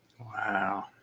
wow